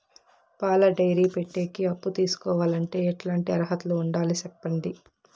పాల డైరీ పెట్టేకి అప్పు తీసుకోవాలంటే ఎట్లాంటి అర్హతలు ఉండాలి సెప్పండి?